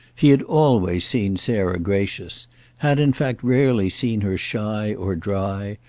he had always seen sarah gracious had in fact rarely seen her shy or dry,